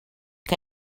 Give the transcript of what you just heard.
que